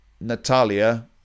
Natalia